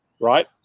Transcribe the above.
right